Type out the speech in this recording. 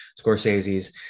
Scorsese's